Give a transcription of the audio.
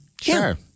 Sure